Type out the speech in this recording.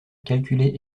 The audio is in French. calculé